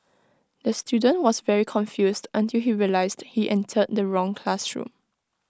the student was very confused until he realised he entered the wrong classroom